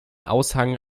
aushang